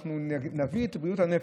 אנחנו נביא את בריאות הנפש,